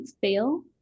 fail